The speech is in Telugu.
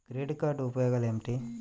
క్రెడిట్ కార్డ్ ఉపయోగాలు ఏమిటి?